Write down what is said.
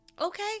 Okay